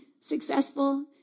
successful